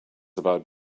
about